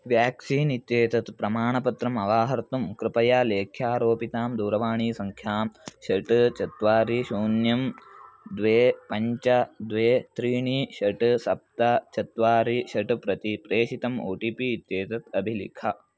vaccine इत्येतत् प्रमाणपत्रम् अवाहर्तुं कृपया लेख्यारोपितां दूरवाणीसङ्ख्यां षट् चत्वारि शून्यं द्वे पञ्च द्वे त्रीणि षट् सप्त चत्वारि षट् प्रति प्रेषितम् ओ टि पि इत्येतत् अभिलिख